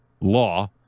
law